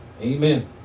Amen